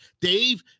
Dave